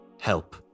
Help